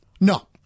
No